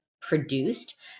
produced